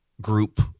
group